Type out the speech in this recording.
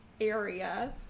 area